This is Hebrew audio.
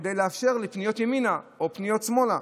כדי לאפשר לפנות ימינה או שמאלה.